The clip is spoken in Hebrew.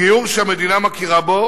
גיור שהמדינה מכירה בו